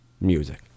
music